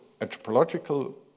anthropological